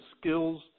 skills